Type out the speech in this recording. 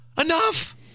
enough